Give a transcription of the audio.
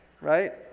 right